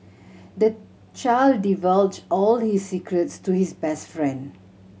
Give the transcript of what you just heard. the child divulged all his secrets to his best friend